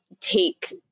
take